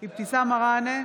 אבתיסאם מראענה,